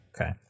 Okay